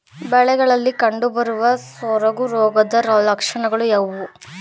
ಬೆಳೆಗಳಲ್ಲಿ ಕಂಡುಬರುವ ಸೊರಗು ರೋಗದ ಲಕ್ಷಣಗಳು ಯಾವುವು?